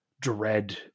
dread